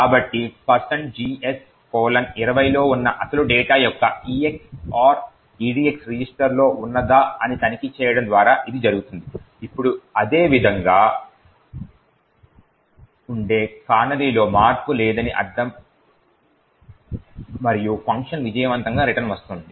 కాబట్టిgs20 లో ఉన్న అసలు డేటా యొక్క EX OR EDX రిజిస్టర్లో ఉన్నదా అని తనిఖీ చేయడం ద్వారా ఇది జరుగుతుంది ఇప్పుడు అదే విధంగా ఉంటే కానరీలో మార్పు లేదని అర్థం మరియు ఫంక్షన్ విజయవంతంగా రిటర్న్ వస్తుంది